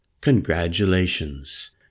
Congratulations